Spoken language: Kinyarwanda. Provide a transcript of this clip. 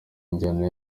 njyana